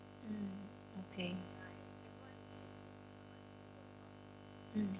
mm okay mm